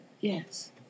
Yes